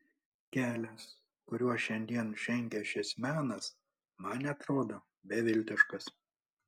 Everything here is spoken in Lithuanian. kelias kuriuo šiandien žengia šis menas man atrodo beviltiškas